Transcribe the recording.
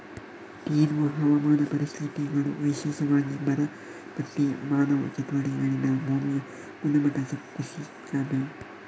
ತೀವ್ರ ಹವಾಮಾನ ಪರಿಸ್ಥಿತಿಗಳು, ವಿಶೇಷವಾಗಿ ಬರ ಮತ್ತೆ ಮಾನವ ಚಟುವಟಿಕೆಗಳಿಂದ ಭೂಮಿಯ ಗುಣಮಟ್ಟ ಕುಸೀತದೆ